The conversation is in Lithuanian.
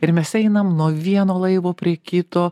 ir mes einam nuo vieno laivo prie kito